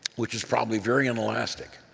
which is probably varying elastic.